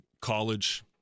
college